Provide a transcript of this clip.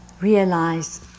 realize